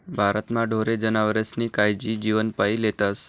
भारतमा ढोरे जनावरेस्नी कायजी जीवपाईन लेतस